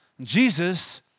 Jesus